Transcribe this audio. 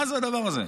מה זה הדבר הזה?